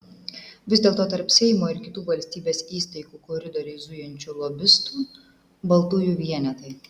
vis dėlto tarp seimo ir kitų valstybės įstaigų koridoriais zujančių lobistų baltųjų vienetai